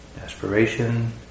aspiration